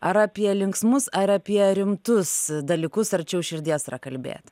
ar apie linksmus ar apie rimtus dalykus arčiau širdies yra kalbėti